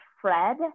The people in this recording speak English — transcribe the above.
Fred